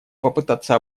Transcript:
попытаться